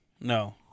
No